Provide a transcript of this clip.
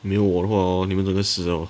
没有我的话 orh 你们整个死到完